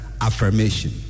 affirmation